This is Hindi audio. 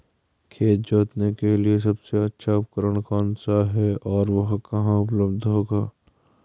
खेत जोतने के लिए सबसे अच्छा उपकरण कौन सा है और वह कहाँ उपलब्ध होगा?